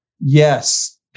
Yes